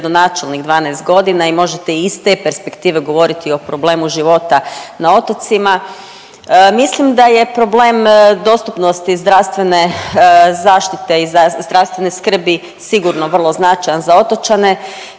gradonačelnik 12 godina i možete i iz te perspektive govoriti o problemu života na otocima. Mislim da je problem dostupnosti zdravstvene zaštite i zdravstvene skrbi sigurno vrlo značajan za otočane